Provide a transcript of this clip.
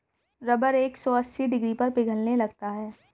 rubber एक सौ अस्सी डिग्री पर पिघलने लगता है